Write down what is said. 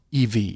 EV